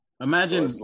Imagine